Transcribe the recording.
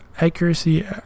accuracy